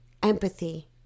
empathy